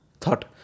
thought